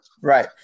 right